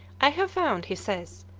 i have found, he says,